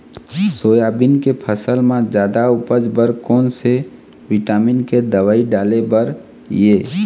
Soybean के फसल म जादा उपज बर कोन से विटामिन के दवई डाले बर ये?